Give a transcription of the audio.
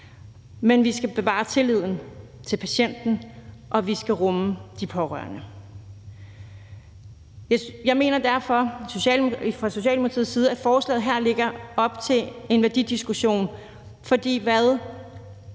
men vi skal bevare tilliden til patienten, og vi skal rumme de pårørende. Vi mener derfor fra Socialdemokratiets side, at forslaget her lægger op til en værdidiskussion, for hvad